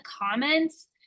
comments